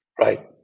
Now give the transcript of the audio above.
Right